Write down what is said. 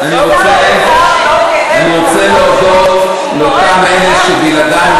אני רוצה להודות לאותם אלה שבלעדיהם